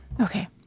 Okay